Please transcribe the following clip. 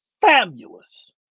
fabulous